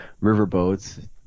riverboats